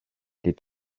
les